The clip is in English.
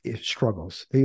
struggles